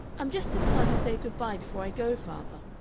i'm just in time to say good-bye before i go, father.